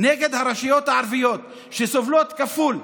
את הרשויות הערביות, שסובלות כפול: